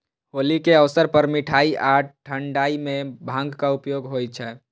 होली के अवसर पर मिठाइ आ ठंढाइ मे भांगक उपयोग होइ छै